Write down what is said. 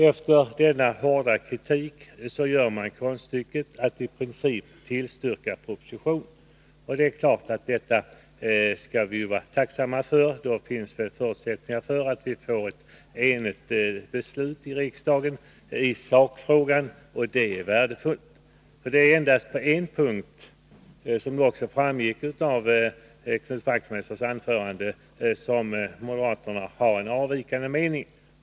Trots denna hårda kritik, gör de konststycket att i princip tillstyrka propositionen. Det är klart att vi skall vara tacksamma för detta. Då finns det förutsättningar för att vi i riksdagen får ett enigt beslut i sakfrågan — och det är värdefullt. Det är, som framgick av Knut Wachtmeisters anförande, endast på en punkt som moderaterna har en avvikande mening.